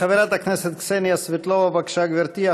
חברת הכנסת קסניה סבטלובה, בבקשה, גברתי.